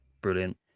Brilliant